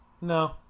No